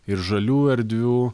ir žalių erdvių